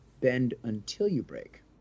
bend-until-you-break